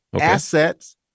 Assets